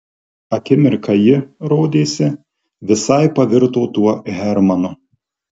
akimirką ji rodėsi visai pavirto tuo hermanu